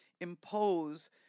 impose